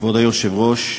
כבוד היושב-ראש,